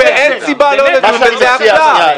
--- שניה,